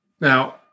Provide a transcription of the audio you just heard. Now